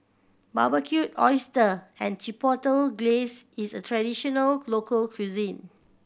Barbecued Oyster and Chipotle Glaze is a traditional local cuisine